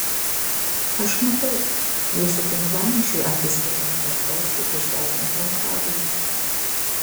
aš matau jūsų ginklanešiui akys lipa ant kaktos lyg išgąsdintam krabui